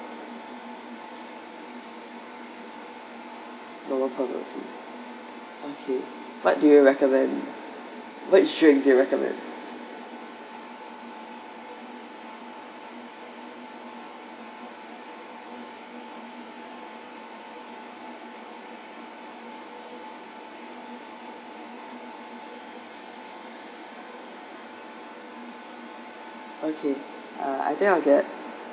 normal bubble tea okay what do you recommend what usually do you recommend okay I think I'll get